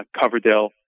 Coverdale